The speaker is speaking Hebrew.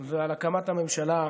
ועל הקמת הממשלה.